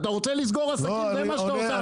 אתה רוצה לסגור עסקים זה מה שאתה רוצה,